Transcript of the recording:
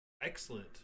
Excellent